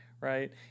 right